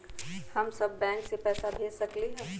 हम सब बैंक में पैसा भेज सकली ह?